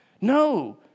No